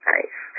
Nice